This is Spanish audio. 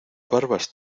barbas